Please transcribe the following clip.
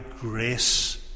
grace